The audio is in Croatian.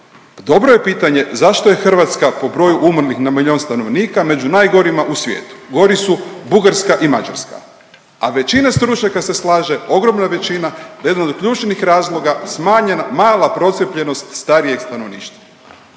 Dobro je pitanje zašto je Hrvatska po broju umrlih na milijun stanovnika među najgorima u svijetu. Gori su Bugarska i Mađarska, a većina stručnjaka se slaže ogromna većina da jedan od ključnih razloga smanjena, mala procijepljenost starijeg stanovništva.